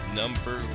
number